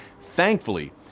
Thankfully